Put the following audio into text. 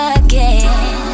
again